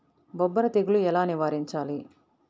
బొబ్బర తెగులు ఎలా నివారించాలి?